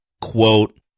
quote